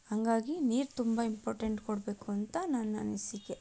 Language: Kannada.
ಹಾಗಾಗಿ ನೀರು ತುಂಬ ಇಂಪಾರ್ಟೆಂಟ್ ಕೊಡಬೇಕು ಅಂತ ನನ್ನ ಅನಿಸಿಕೆ